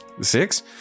Six